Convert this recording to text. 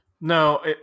No